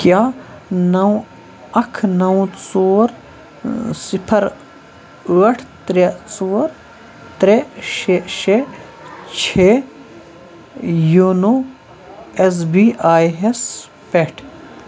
کیٛاہ نَو اَکھ نَو ژور صِفر ٲٹھ ترٛےٚ ژور ترٛےٚ شےٚ شےٚ چھےٚ یوٗنو اٮ۪س بی آی ہٮ۪س پٮ۪ٹھ